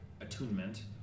attunement